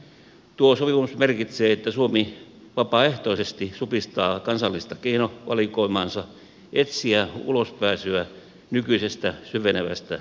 tuo sopimus merkitsee että suomi vapaaehtoisesti supistaa kansallista keinovalikoimaansa etsiä ulospääsyä nykyisestä syvenevästä kriisistä